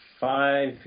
five